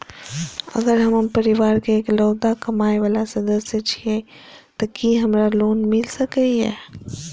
अगर हम परिवार के इकलौता कमाय वाला सदस्य छियै त की हमरा लोन मिल सकीए?